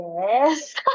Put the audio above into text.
Yes